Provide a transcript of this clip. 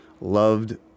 loved